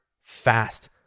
fast